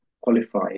qualify